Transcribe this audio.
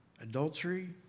adultery